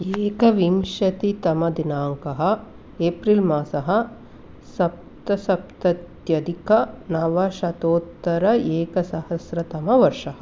एकविंशतितमदिनाङ्कः April मासः सप्तसप्तत्यधिकनवशतोत्तर एकसहस्रतमवर्षम्